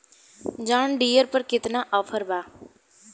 John Deere पर केतना offer बा?